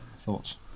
thoughts